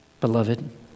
beloved